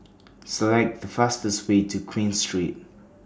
Select The fastest Way to Queen Street